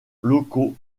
locaux